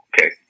Okay